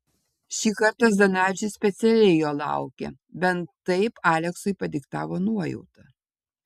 šį kartą zdanavičius specialiai jo laukė bent taip aleksui padiktavo nuojauta